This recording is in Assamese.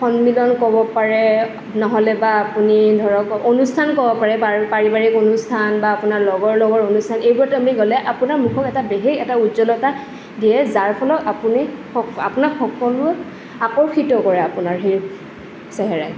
সন্মিলন ক'ব পাৰে নহ'লেবা আপুনি ধৰক অনুষ্ঠান ক'ব পাৰে পাৰিবাৰিক অনুষ্ঠান বা আপোনাৰ লগৰ লগৰ অনুষ্ঠান এইবোৰতো গ'লে আপোনাৰ মুখত এটা বেলেগ এটা উজ্জলতা দিয়ে যাৰ ফলত আপুনি আপোনাক সকলোৱে আকৰ্ষিত কৰে আপোনাৰ সেই চেহেৰাই